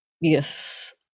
yes